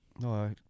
No